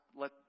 let